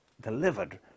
delivered